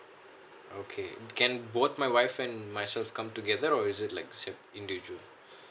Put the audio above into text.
okay can both my wife and myself come together or is it like say individual